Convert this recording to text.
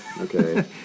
Okay